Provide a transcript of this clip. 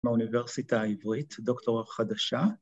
‫מהאוניברסיטה העברית, ‫דוקטור חדשה.